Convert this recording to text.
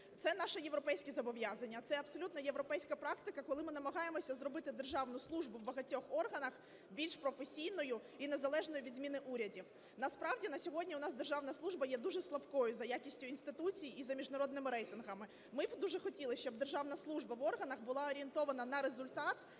Це наші європейські зобов'язання, це абсолютно європейська практика, коли ми намагаємося зробити державну службу в багатьох органах більш професійною і незалежною від зміни урядів. Насправді на сьогодні у нас державна служба є дуже слабкою за якістю інституцій і за міжнародними рейтингами. Ми б дуже хотіли б, щоб державна служба в органах була орієнтована на результат,